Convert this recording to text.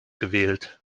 gewählt